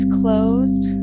closed